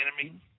enemy